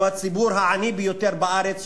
הוא הציבור העני ביותר בארץ.